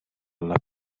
alla